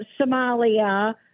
Somalia